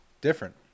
different